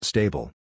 Stable